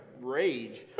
rage